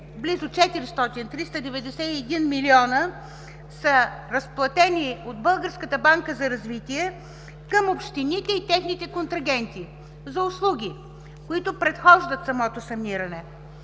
400 – 391 милиона, са разплатени от Българската банка за развитие към общините и техните контрагенти за услуги, които предхождат самото саниране.